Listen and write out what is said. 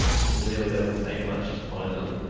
it really doesn't take much to find them.